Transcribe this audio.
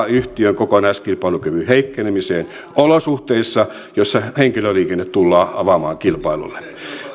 yhtiön kokonaiskilpailukyvyn heikkenemiseen olosuhteissa joissa henkilöliikenne tullaan avaamaan kilpailulle